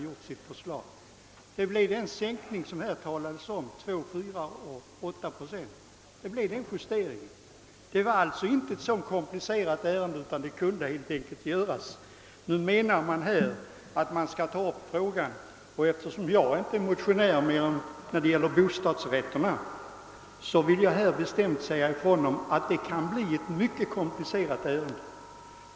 sades till att avse belopp överstigande 2, 4, respektive 8 procent av fastighetens taxeringsvärde. Åtgärden var alltså inte så komplicerad att den inte kunde genomföras. Det framförs nu krav på att avdragsfrågan skall tas upp till prövning. Eftersom jag inte är motionär i denna fråga annat än när det gäller bostadsrätterna — contra villorna — vill jag bestämt säga ifrån att det kan bli ett mycket komplicerat ärende.